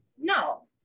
No